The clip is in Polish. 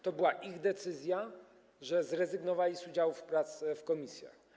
To była ich decyzja, że zrezygnowali z udziału w pracach w komisjach.